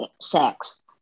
sex